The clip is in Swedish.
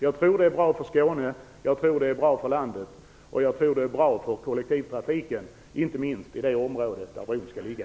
Jag tror att den är bra för Skåne, för landet och för kollektivtrafiken, inte minst i det område där bron skall ligga.